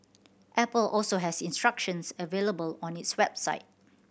Apple also has instructions available on its website